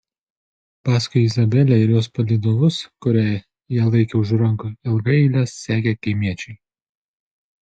paskui izabelę ir jos palydovus kurie ją laikė už rankų ilga eile sekė kaimiečiai